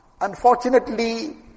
unfortunately